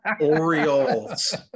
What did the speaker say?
Orioles